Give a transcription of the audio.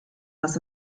was